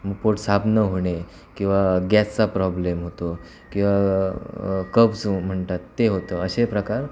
मग पोट साफ न होणे किंवा गॅसचा प्रॉब्लेम होतो किंवा कब्स म्हणतात ते होतं असे प्रकार